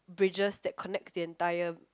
bridges that connect the entire